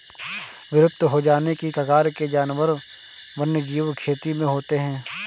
विलुप्त हो जाने की कगार के जानवर वन्यजीव खेती में होते हैं